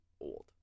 old